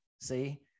see